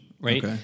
right